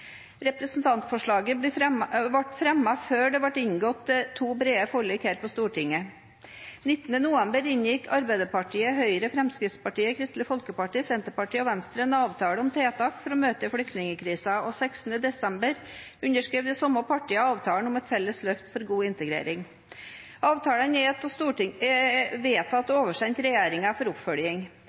Representantforslaget ble fremmet før det ble inngått to brede forlik her på Stortinget. 19. november inngikk Arbeiderpartiet, Høyre, Fremskrittspartiet, Kristelig Folkeparti, Senterpartiet og Venstre en avtale om tiltak for å møte flyktningkrisen, og 16. desember underskrev de samme partiene avtalen om et felles løft for god integrering. Avtalene er vedtatt og oversendt regjeringen for oppfølging.